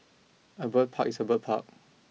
a bird park is a bird park